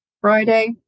Friday